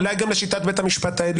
אולי גם לשיטת בית המשפט העליון.